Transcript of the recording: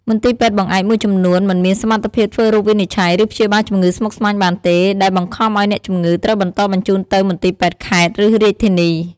មន្ទីរពេទ្យបង្អែកមួយចំនួនមិនមានសមត្ថភាពធ្វើរោគវិនិច្ឆ័យ ឬព្យាបាលជំងឺស្មុគស្មាញបានទេ ដែលបង្ខំឱ្យអ្នកជំងឺត្រូវបន្តបញ្ជូនទៅមន្ទីរពេទ្យខេត្ត ឬរាជធានី។